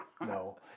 No